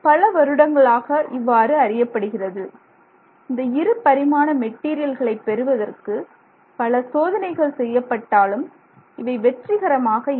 பல வருடங்களாக இவ்வாறு அறியப்படுகிறது இந்த இருபரிமாண மெட்டீரியல்களை பெறுவதற்கு பல சோதனைகள் செய்யப்பட்டாலும் இவை வெற்றிகரமாக இல்லை